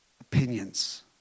opinions